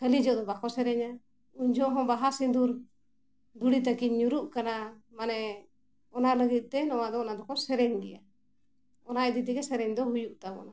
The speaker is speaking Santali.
ᱠᱷᱟᱹᱞᱤ ᱡᱚᱠᱷᱚᱱ ᱫᱚ ᱵᱟᱠᱚ ᱥᱮᱨᱮᱧᱟ ᱩᱱ ᱡᱚᱠᱷᱚᱱ ᱦᱚᱸ ᱵᱟᱦᱟ ᱥᱤᱸᱫᱩᱨ ᱫᱷᱩᱲᱤ ᱛᱟᱹᱠᱤᱱ ᱧᱩᱨᱩᱜ ᱠᱟᱱᱟ ᱢᱟᱱᱮ ᱚᱱᱟ ᱞᱟᱹᱜᱤᱫ ᱛᱮ ᱱᱚᱣᱟ ᱫᱚ ᱚᱱᱟ ᱫᱚᱠᱚ ᱥᱮᱨᱮᱧ ᱜᱮᱭᱟ ᱚᱱᱟ ᱤᱫᱤ ᱛᱮᱜᱮ ᱥᱮᱨᱮᱧ ᱫᱚ ᱦᱩᱭᱩᱜ ᱛᱟᱵᱚᱱᱟ